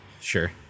sure